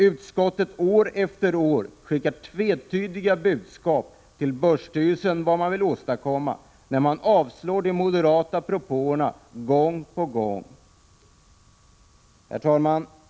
Utskottet har år efter år skickat tvetydiga budskap till börsstyrelsen om vad man vill åstadkomma, och man har avslagit de moderata propåerna gång på gång. Herr talman!